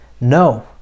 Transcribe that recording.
no